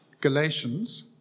Galatians